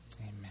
amen